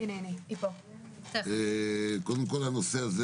הנושא הזה